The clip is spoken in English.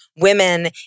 women